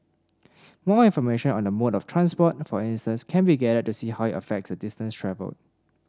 more information on the mode of transport for instance can be gathered to see how it affects the distance travelled